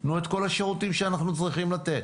תנו את כל השירותים שאנחנו צריכים לתת,